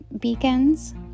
beacons